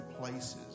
places